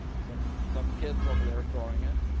some some kid's over there throwing it.